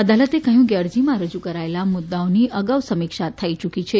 અદાલતે કહ્યું કે અરજીમાં રજૂ કરાયેલા મુદ્દાઓની અગાઉ સમિક્ષા થઇ યૂકી છે